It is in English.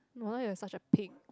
no wonder you're such a pig